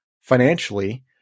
financially